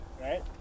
Right